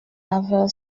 laveur